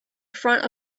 front